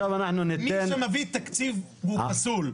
מי שמביא תקציב והוא פסול.